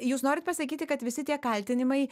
jūs norit pasakyti kad visi tie kaltinimai